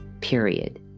period